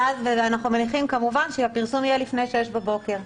אנחנו כמובן מניחים שהפרסום יהיה לפני 6:00 בבוקר.